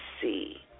see